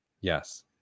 Yes